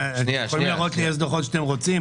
אתם יכולים להראות לי איזה דוחות שאתם רוצים,